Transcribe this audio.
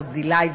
ברזילי,